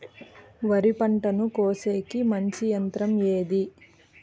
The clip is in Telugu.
వరి పంటను కోసేకి మంచి యంత్రం ఏది?